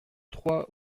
trois